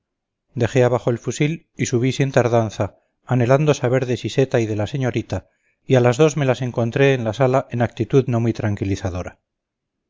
dejé abajo el fusil y subí sin tardanza anhelando saber de siseta y de la señorita y a las dos me las encontré en la sala en actitud no muy tranquilizadora